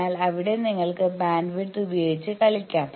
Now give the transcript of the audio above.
എന്നാൽ അവിടെ നിങ്ങൾക്ക് ബാൻഡ്വിഡ്ത്ത് ഉപയോഗിച്ച് കളിക്കാം